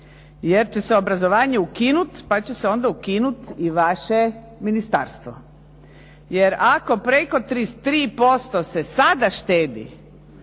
jer će se obrazovanje ukinuti pa će se onda ukinuti i vaše ministarstvo. Jer ako preko 33% se sada štedi